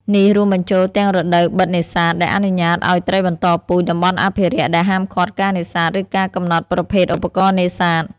នេះរួមបញ្ចូលទាំងរដូវបិទនេសាទ ដែលអនុញ្ញាតឲ្យត្រីបន្តពូជ តំបន់អភិរក្សដែលហាមឃាត់ការនេសាទ ឬការកំណត់ប្រភេទឧបករណ៍នេសាទ។